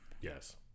Yes